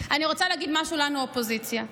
אני רוצה להגיד משהו לנו, האופוזיציה.